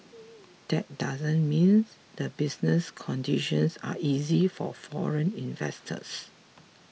that doesn't means the business conditions are easy for foreign investors